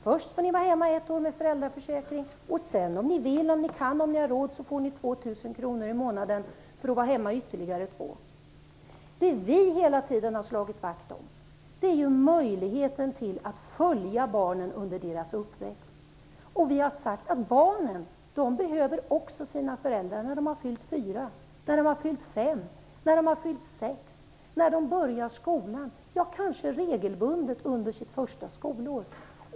Först fick de vara hemma ett år med föräldraförsäkring, och sedan fick de som ville och hade råd 2 000 kr i månaden för att vara hemma ytterligare två år. Det vi hela tiden har slagit fast är möjligheten för föräldrarna att följa barnen under deras uppväxt. Vi har sagt att barnen behöver sina föräldrar också när de har fyllt fyra, fem och sex år och när de börjar skolan, kanske regelbundet under det första skolåret.